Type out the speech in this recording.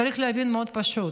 צריך להבין דבר מאוד פשוט,